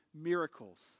miracles